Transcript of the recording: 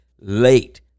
late